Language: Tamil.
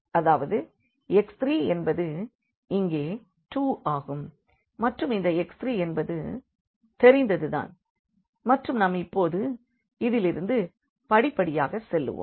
அதாவது x3 என்பது இங்கே 2 ஆகும் மற்றும் இந்த x3 என்பது தெரிந்தது தான் மற்றும் நாம் இப்பொழுது இதிலிருந்து படிப்படியாக செல்வோம்